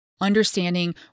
understanding